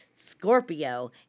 Scorpio